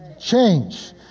change